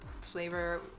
flavor